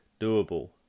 doable